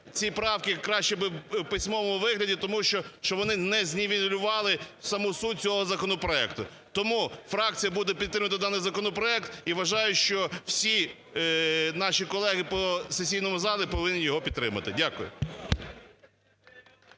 ці правки краще б в письмовому вигляді. Тому що, щоб вони не знівелювали саму суть цього законопроекту. Тому фракція буде підтримувати даний законопроект і вважає, що всі наші колеги по сесійному залу повинні його підтримати. Дякую.